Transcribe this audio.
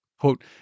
Quote